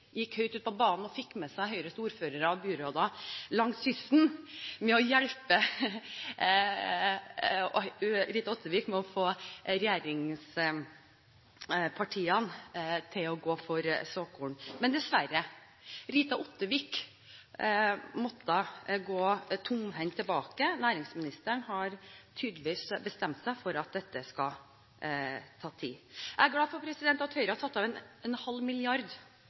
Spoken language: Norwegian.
gikk høyt på banen og fikk med seg Høyres ordførere og byråder langs kysten for å hjelpe regjeringspartiene til å gå for såkorn. Men dessverre: Rita Ottervik måtte gå tomhendt tilbake. Næringsministeren har tydeligvis bestemt seg for at dette skal ta tid. Jeg er glad for at Høyre har satt av en halv milliard